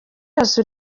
yose